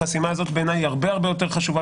החסימה הזאת בעיניי היא הרבה-הרבה יותר חשובה